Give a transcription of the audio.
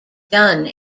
done